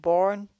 Born